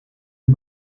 het